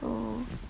so